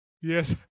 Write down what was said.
Yes